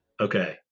okay